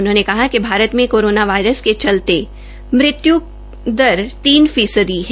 उन्होंने कहा कि भारत में कोरोना वायरस के चलते मृत्यू दर केवल तीन फीसदी है